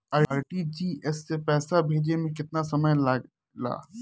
RTGS से पैसा भेजे में केतना समय लगे ला?